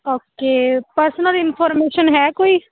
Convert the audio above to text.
okay personal information ਹੈ ਕੋਈ